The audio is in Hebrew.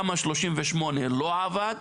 תמ"א 38 לא עבד.